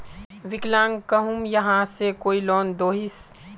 विकलांग कहुम यहाँ से कोई लोन दोहिस?